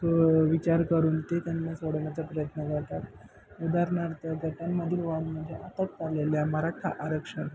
वि विचार करून ते त्यांना सोडवण्याचा प्रयत्न करतात उदाहरणार्थ त्यामधील वान म्हणजे आता चाललेल्या मराठा आरक्षण